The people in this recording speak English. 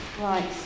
Right